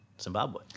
Zimbabwe